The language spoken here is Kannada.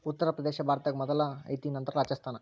ಉತ್ತರ ಪ್ರದೇಶಾ ಭಾರತದಾಗ ಮೊದಲ ಐತಿ ನಂತರ ರಾಜಸ್ಥಾನ